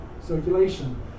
circulation